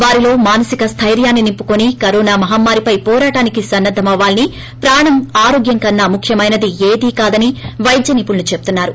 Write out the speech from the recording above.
వారిలో మానసిక స్దెర్యాన్సినింపుకుని కరోనా మహమ్మారిపై వోరాటానికి సన్న ద్గమవ్వాలని ప్రాణం ఆరోగ్యం కన్నా ముఖ్యమైదేని ఏదీ కాదని వైద్య నిపుణలు చెపున్నారు